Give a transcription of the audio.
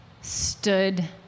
stood